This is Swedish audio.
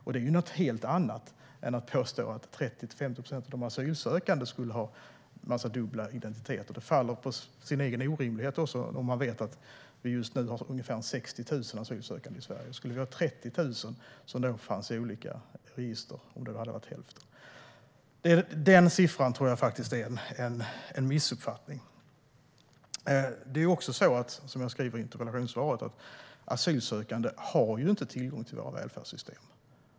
Det är något helt annat än att påstå att 30-50 procent av de asylsökande skulle ha en massa dubbla identiteter. Det faller också på sin egen orimlighet, då vi just nu har ungefär 60 000 asylsökande i Sverige. Skulle det vara hälften skulle vi ha 30 000 i olika register. Jag tror att siffrorna har missuppfattats. Som jag sa i interpellationssvaret har asylsökande inte tillgång till våra välfärdssystem.